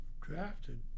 drafted